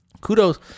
kudos